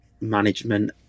management